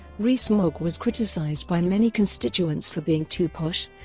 rees-mogg was criticised by many constituents for being too posh,